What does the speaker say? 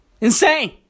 Insane